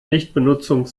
nichtbenutzung